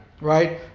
Right